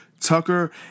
Tucker